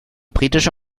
britische